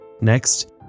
Next